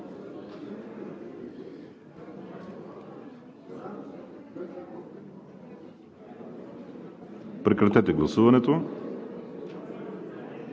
Прекратете гласуването